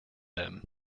them